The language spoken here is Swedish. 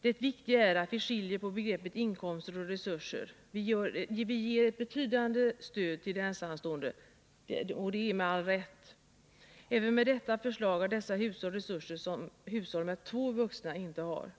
Det viktiga är att vi skiljer på begreppen inkomster och resurser. Vi ger ett betydande stöd till de ensamstående — med all rätt. Även med detta förslag har dessa hushåll resurser som hushåll med två vuxna inte har.